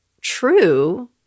true